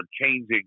changing